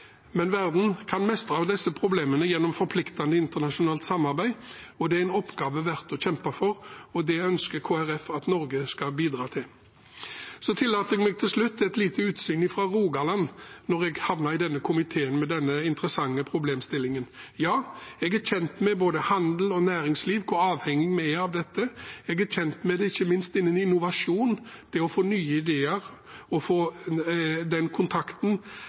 men verden kan mestre disse problemene gjennom forpliktende internasjonalt samarbeid. Det er en oppgave verdt å kjempe for, og det ønsker Kristelig Folkeparti at Norge skal bidra til. Så tillater jeg meg til slutt et lite utsyn fra Rogaland når jeg har havnet i denne komiteen med denne interessante problemstillingen. Ja, jeg er kjent med både handel og næringsliv, hvor avhengige vi er av dette. Jeg er kjent med det, ikke minst innen innovasjon, det å få nye ideer og få den kontakten